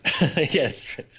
Yes